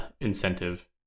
incentive